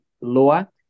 lower